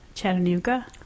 Chattanooga